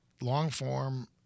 long-form